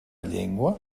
llengua